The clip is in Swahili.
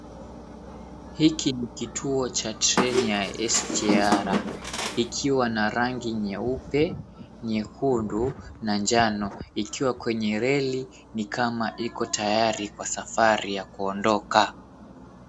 Hiki ni kituo cha treni ya SGR ikiwa na rangi nyeupe, nyekundu, na njano, ikiwa kwenye reli ni kama iko tayari kwa safari ya kuondoka.